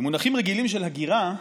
במונחים רגילים של הגירה,